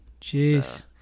Jeez